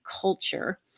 culture